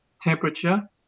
temperature